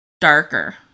darker